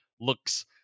looks